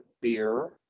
Beer